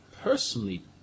personally